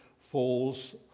falls